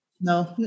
No